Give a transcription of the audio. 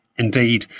indeed,